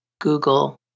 Google